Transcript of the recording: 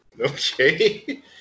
Okay